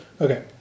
okay